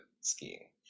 skiing